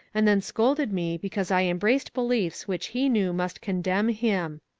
and then scolded me because i embraced beliefs which he knew must condemn him.